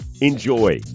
Enjoy